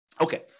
Okay